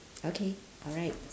okay alright